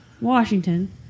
Washington